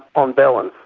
on balance,